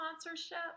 sponsorship